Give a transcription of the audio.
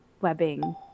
webbing